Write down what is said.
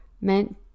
meant